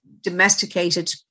domesticated